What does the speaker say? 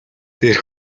дээр